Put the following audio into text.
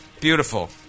Beautiful